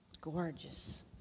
gorgeous